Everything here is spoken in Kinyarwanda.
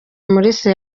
umulisa